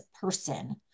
person